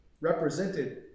represented